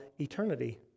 eternity